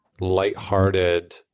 lighthearted